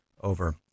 over